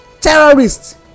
terrorists